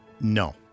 No